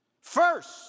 first